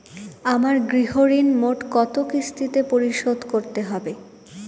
আমার গৃহঋণ মোট কত কিস্তিতে পরিশোধ করতে হবে?